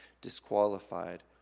disqualified